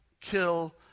kill